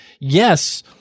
yes